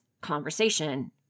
conversation